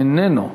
איננו.